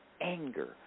anger